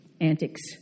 antics